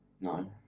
No